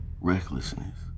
recklessness